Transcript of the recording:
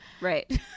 Right